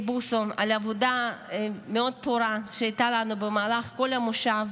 בוסו על עבודה מאוד פורה שהייתה לנו במהלך כל הכנס,